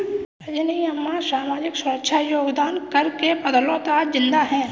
रजनी अम्मा सामाजिक सुरक्षा योगदान कर के बदौलत आज जिंदा है